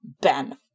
Ben